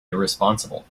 irresponsible